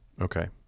Okay